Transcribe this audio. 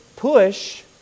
push